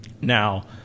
Now